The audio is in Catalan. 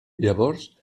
llavors